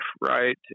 right